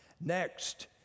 Next